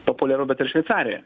populiaru bet ir šveicarijoje